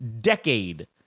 decade